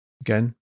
again